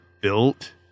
built